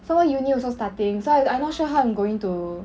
some more uni also starting so I'm not sure how I'm going to